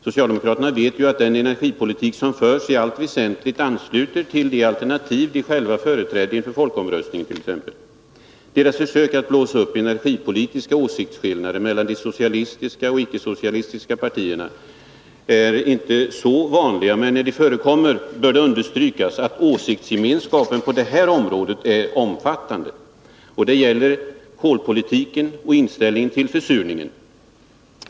Socialdemokraterna vet ju att den energipolitik som förs i allt väsentligt ansluter sig till det alternativ som de själva företrädde i folkomröstningen. Deras försök att blåsa upp energipolitiska åsiktskillnader mellan de socialistiska och de icke-socialistiska partierna är inte så vanliga, men när de förekommer bör det understrykas att åsiktsgemenska pen på detta område är omfattande. Den gäller även kolpolitiken och inställningen till försurningen.